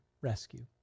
Rescue